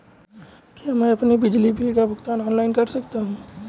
क्या मैं अपने बिजली बिल का भुगतान ऑनलाइन कर सकता हूँ?